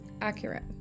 accurate